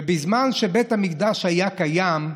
ובזמן שבית המקדש היה קיים,